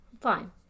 fine